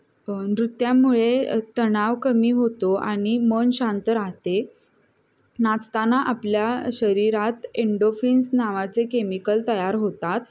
नृत्यामुळे तणाव कमी होतो आणि मन शांत राहते नाचताना आपल्या शरीरात एंडोफिन्स नावाचे केमिकल तयार होतात